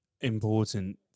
important